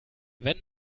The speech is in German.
wenn